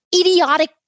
idiotic